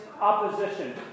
opposition